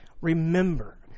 Remember